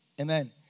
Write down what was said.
amen